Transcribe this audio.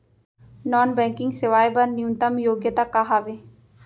Non banking सेवाएं बर न्यूनतम योग्यता का हावे?